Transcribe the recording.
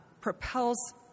propels